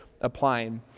applying